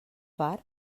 far